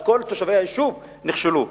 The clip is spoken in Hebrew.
אז כל תושבי היישוב נכשלו.